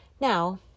Now